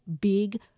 big